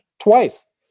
twice